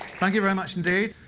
thank you very much indeed.